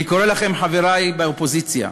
אני קורא לכם, חברי באופוזיציה: